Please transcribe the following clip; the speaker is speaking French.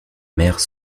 mère